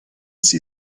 sie